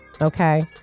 Okay